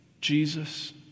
Jesus